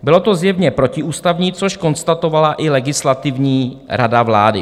Bylo to zjevně protiústavní, což konstatovala i Legislativní rada vlády.